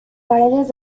paredes